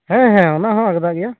ᱦᱮᱸ ᱦᱮᱸ ᱚᱱᱟ ᱦᱚᱸ ᱟᱜᱽᱫᱟᱜ ᱜᱮᱭᱟ